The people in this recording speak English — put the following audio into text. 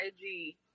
IG